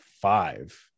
five